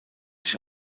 sich